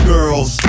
Girls